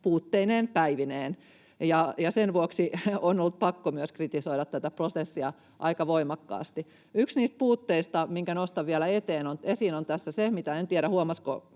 puutteineen päivineen. Sen vuoksi on ollut pakko myös kritisoida tätä prosessia aika voimakkaasti. Yksi niistä puutteista, minkä nostan vielä esiin — mistä en tiedä, huomasiko